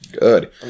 Good